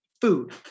food